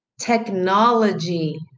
technology